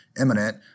imminent